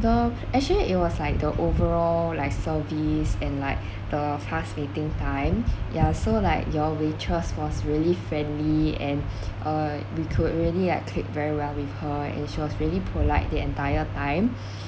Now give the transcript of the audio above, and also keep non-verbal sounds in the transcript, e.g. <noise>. the actually it was like the overall like service and like <breath> the fast waiting time ya so like your waitress was really friendly and <breath> uh we could really like clicked very well with her and she was really polite the entire time <breath>